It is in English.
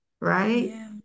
right